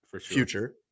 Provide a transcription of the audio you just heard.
future